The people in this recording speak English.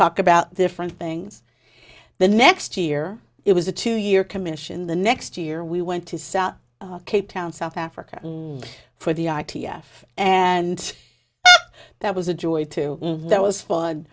talk about different things the next year it was a two year commission the next year we went to south cape town south africa for the i t f and that was a joy to that was fun